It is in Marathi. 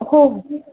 हो हो